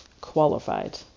qualified